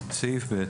סעיף (ב).